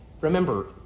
Remember